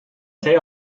see